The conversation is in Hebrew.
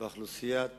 שבאוכלוסיית